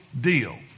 deal